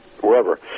wherever